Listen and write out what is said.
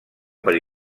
per